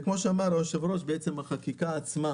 כמו שאמר היושב-ראש, בחקיקה עצמה